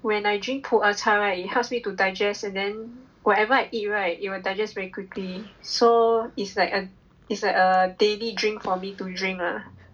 when I drink 普洱茶 right it helps me to digest and then whatever I eat right it will digest very quickly so is like a is like a daily drink for me to drink lah